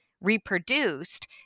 reproduced